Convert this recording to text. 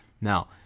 Now